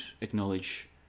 acknowledge